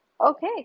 Okay